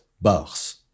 bars